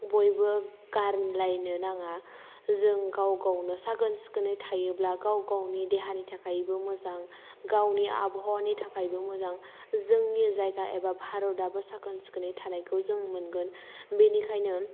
बयबो गारलायनो नाङा जों गाव गावनो साखोन सिखोनै थायोब्ला गाव गावनि देहानि थाखायबो मोजां गावनि आबहावानि थाखायबो मोजां जोंनि जायगा एबा भारत आबो साखोन सिखोनै थानायखौ जों मोनगोन बेनिखायनो